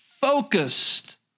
focused